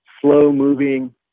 slow-moving